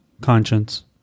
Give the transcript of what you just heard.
conscience